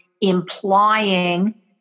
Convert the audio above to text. implying